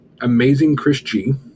AmazingChrisG